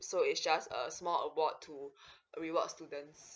so it's just a small award to reward students